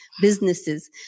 businesses